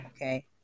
Okay